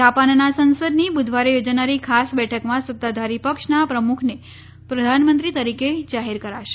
જાપાનના સંસદની બુધવારે યોજાનારી ખાસ બેઠકમાં સત્તાધારી પક્ષના પ્રમુખને પ્રધાનમંત્રી તરીકે જાહેર કરાશે